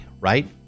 right